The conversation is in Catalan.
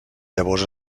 llavors